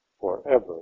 forever